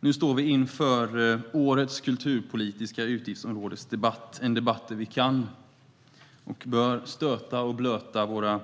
Fru talman! Vi står nu mitt i årets kulturpolitiska utgiftsområdesdebatt. Det är en debatt där vi kan och bör stöta och blöta våra